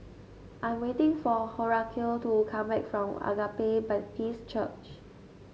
I'm waiting for Horacio to come back from Agape Baptist Church